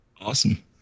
awesome